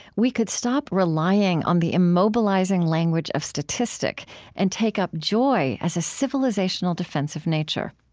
we could stop relying on the immobilizing language of statistic and take up joy as a civilizational defense of nature.